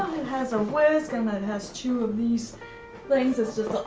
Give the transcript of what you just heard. has a whisk, and it has two of these things. it's just,